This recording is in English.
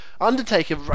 Undertaker